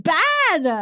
bad